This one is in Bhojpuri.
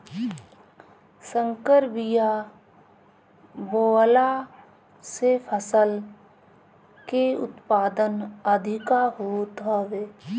संकर बिया बोअला से फसल के उत्पादन अधिका होत हवे